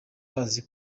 bazi